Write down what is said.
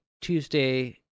Tuesday